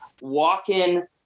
walk-in